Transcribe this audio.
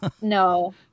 no